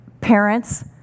Parents